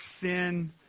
sin